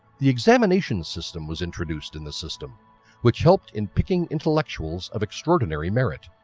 the examination system was introduced in the system which helped in picking intellectuals of extraordinary merit.